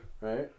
Right